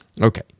Okay